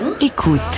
Écoute